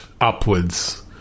upwards-